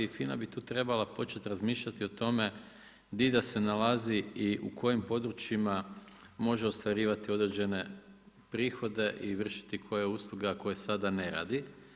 I FINA bi tu trebala početi razmišljati o tome gdje da se nalazi i u kojim područjima može ostvarivati određene prihode i vršiti koje usluge, a koje sad ne radi.